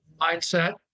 Mindset